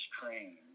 train